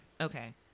okay